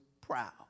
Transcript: proud